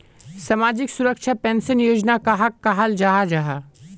सामाजिक सुरक्षा पेंशन योजना कहाक कहाल जाहा जाहा?